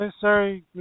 sorry